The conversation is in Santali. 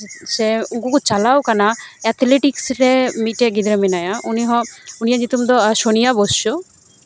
ᱥᱮ ᱩᱱᱠᱩ ᱠᱚ ᱪᱟᱞᱟᱣ ᱠᱟᱱᱟ ᱮᱴᱷᱞᱮᱴᱤᱠᱤᱥ ᱢᱤᱫᱴᱮᱡ ᱜᱤᱫᱽᱨᱟᱹ ᱢᱮᱱᱟᱭᱟ ᱩᱱᱤ ᱦᱚᱸ ᱩᱱᱤᱭᱟᱜ ᱧᱩᱛᱩᱢ ᱫᱚ ᱥᱳᱱᱤᱭᱟ ᱵᱚᱥᱩ